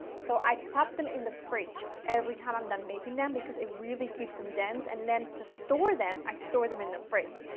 so i pop them in the fridge every time i'm done making them, because it really keeps them dense and then to store them i store them in the fridge,